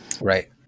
Right